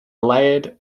layered